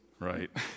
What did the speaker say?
Right